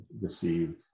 received